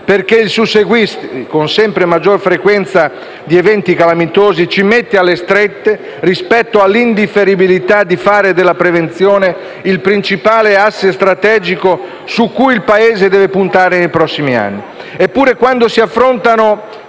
il susseguirsi, con sempre maggior frequenza, di eventi calamitosi ci mette alle strette rispetto all'indifferibilità di fare della prevenzione il principale *asset* strategico su cui il Paese deve puntare nei prossimi anni.